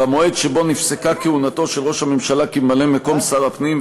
במועד שבו נפסקה כהונתו של ראש הממשלה כממלא-מקום שר הפנים,